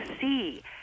see